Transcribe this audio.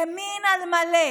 ימין על מלא,